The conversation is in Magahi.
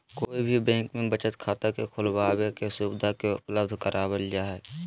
कोई भी बैंक में बचत खाता के खुलबाबे के सुविधा के उपलब्ध करावल जा हई